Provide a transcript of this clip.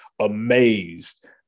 amazed